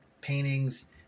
paintings